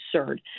absurd